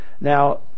Now